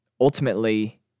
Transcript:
ultimately